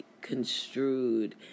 construed